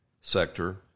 sector